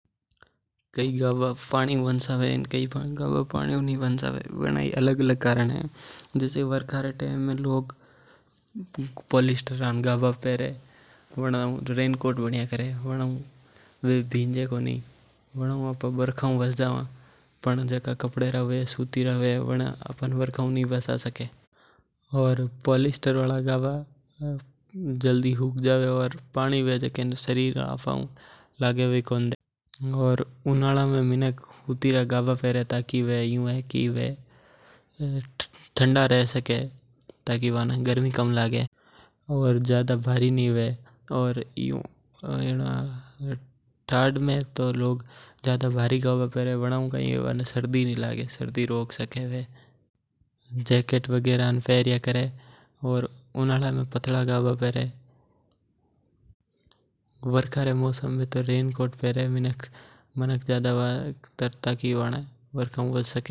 काई गाबा पानी हु वांचावे काई पानी हु कोनी वांचावे जैसे वर्षा रे मौसम में मानक पॉलिस्टर रा गाबा पेरवा में काम लेई वना हु रेनकोट वण्या करे। पर जिका गाबा कपड़े रा या सूती रे हवे वे वर्षा हु नीं वांछा सके। पर जिका पॉलिस्टर वाला गाबा हवे वे पानी ने शरीर हु कोनीं लगण दे।